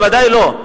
ודאי שלא.